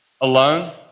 alone